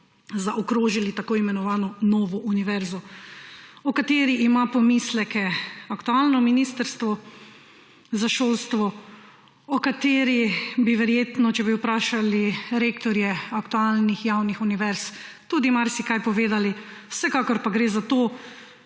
zaokrožili tako imenovano novo univerzo, o kateri ima pomisleke aktualno ministrstvo za šolstvo, o kateri bi verjetno, če bi vprašali rektorje aktualnih javnih univerz, tudi marsikaj povedali, vsekakor pa gre za to,